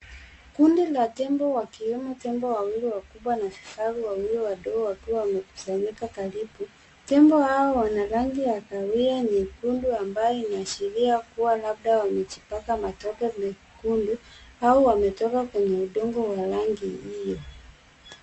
Kundi la tembo wakiwemo tembo wawili wakubwa na vifaru wawili wadogo wakiwa wamekusanyika karibu. Tembo hawa wana rangi ya kahawia nyekundu ambayo ina ashiria kuwa labda wamejipaka matope mwekundu au wame toka kwenye udongo wa rangi hio.